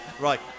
Right